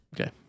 Okay